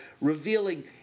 revealing